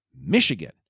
Michigan